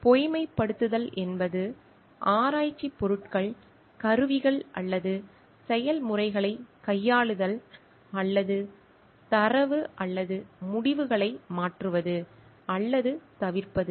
பொய்மைப்படுத்தல் என்பது ஆராய்ச்சிப் பொருட்கள் கருவிகள் அல்லது செயல்முறைகளை கையாளுதல் அல்லது தரவு அல்லது முடிவுகளை மாற்றுவது அல்லது தவிர்ப்பது